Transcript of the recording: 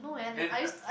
and